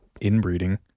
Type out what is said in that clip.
inbreeding